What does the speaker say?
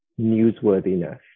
newsworthiness